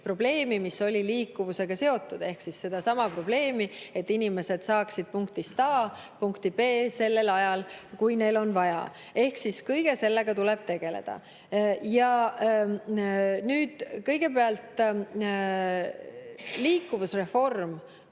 probleemi, mis oli liikuvusega seotud, ehk sedasama probleemi, et inimesed saaksid punktist A punkti B sellel ajal, kui neil on vaja. Kõige sellega tuleb tegeleda. Nüüd, liikuvusreform